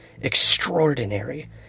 extraordinary